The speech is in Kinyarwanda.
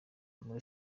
muri